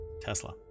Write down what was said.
Tesla